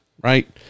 right